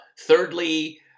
Thirdly